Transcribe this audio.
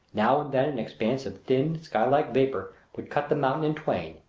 now and then an expanse of thin, sky-like vapor would cut the mountain in twain,